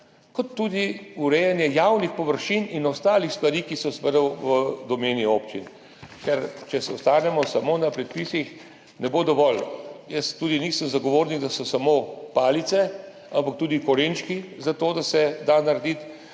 kot tudi urejanju javnih površin in ostalih stvari, ki so seveda v domeni občin. Če ostanemo samo pri predpisih, ne bo dovolj. Jaz tudi nisem zagovornik, da so samo palice, ampak tudi korenčki, zato da se da narediti